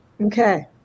Okay